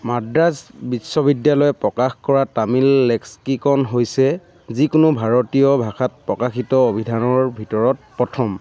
মাদ্ৰাজ বিশ্ববিদ্যালয়ে প্ৰকাশ কৰা তামিল লেক্সিকন হৈছে যিকোনো ভাৰতীয় ভাষাত প্ৰকাশিত অভিধানৰ ভিতৰত প্ৰথম